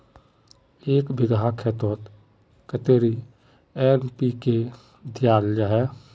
एक बिगहा खेतोत कतेरी एन.पी.के दियाल जहा?